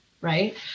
Right